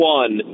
one